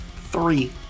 Three